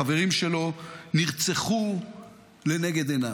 החברים שלו נרצחו לנגד עיניו.